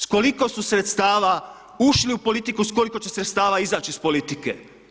S koliko su sredstava ušli u politiku, s koliko će sredstava izaći iz politike?